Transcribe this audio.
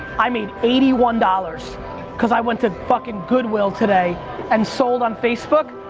i made eighty one dollars cause i went to fuckin goodwill today and sold on facebook,